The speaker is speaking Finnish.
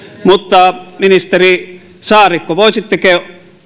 mutta ministeri saarikko voisitteko